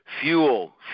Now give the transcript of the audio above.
fuel